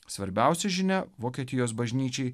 svarbiausia žinia vokietijos bažnyčiai